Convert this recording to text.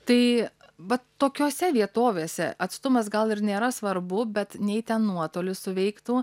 tai vat tokiose vietovėse atstumas gal ir nėra svarbu bet nei ten nuotolis suveiktų